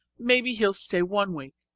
maybe he'll stay one week,